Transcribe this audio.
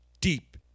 deep